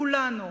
כולנו